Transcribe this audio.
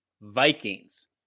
Vikings